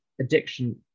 Addiction